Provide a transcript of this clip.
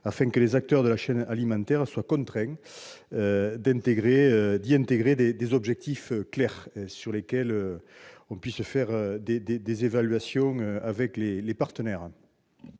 afin que les acteurs de la chaîne alimentaire soient contraints d'y intégrer des objectifs clairs, permettant de procéder à des évaluations avec les partenaires.